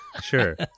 Sure